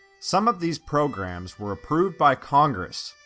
some of these programs were approved by congress,